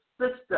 system